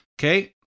Okay